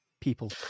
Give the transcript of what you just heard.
people